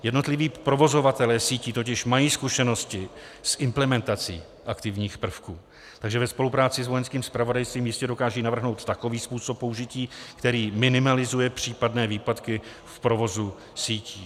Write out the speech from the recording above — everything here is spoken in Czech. Jednotliví provozovatelé sítí totiž mají zkušenosti s implementací aktivních prvků, takže ve spolupráci s Vojenským zpravodajstvím jistě dokážou navrhnout takový způsob použití, který minimalizuje případné výpadky v provozu sítí.